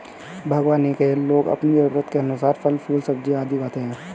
बागवानी में लोग अपनी जरूरत के अनुसार फल, फूल, सब्जियां आदि उगाते हैं